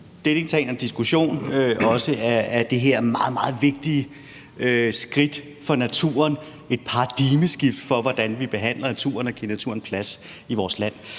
til og diskussion af det her meget, meget vigtige skridt til fordel for naturen – et paradigmeskifte for, hvordan vi behandler naturen og giver naturen plads i vores land.